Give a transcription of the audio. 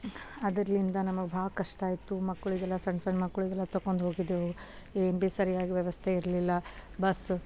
ಅದರಿಂದ ನಮಗೆ ಭಾಳ ಕಷ್ಟ ಆಯಿತು ಮಕ್ಕಳಿಗೆಲ್ಲ ಸಣ್ಣ ಸಣ್ಣ ಮಕ್ಕಳಿಗೆಲ್ಲ ತೊಗೊಂಡು ಹೋಗಿದ್ದೆವು ಏನು ಭೀ ಸರಿಯಾಗಿ ವ್ಯವಸ್ಥೆ ಇರಲಿಲ್ಲ ಬಸ್ಸು